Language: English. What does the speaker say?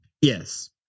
Yes